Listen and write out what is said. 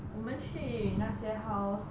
我们去那些 house